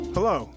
Hello